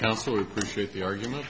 counsel appreciate the argument